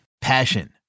Passion